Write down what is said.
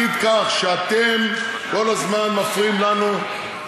בוא נגיד כך: אתם כל הזמן מפריעים לנו,